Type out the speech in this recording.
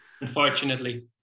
Unfortunately